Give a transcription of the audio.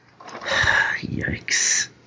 Yikes